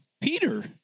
Peter